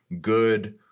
good